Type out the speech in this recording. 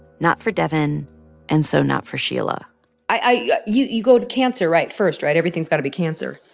not for devyn and so not for sheila i you you go to cancer right? first right? everything's got to be cancer,